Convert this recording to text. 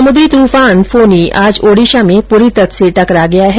समुद्री तूफान फोनी आज ओडिशा में पुरी तट से टकरा गया है